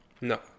No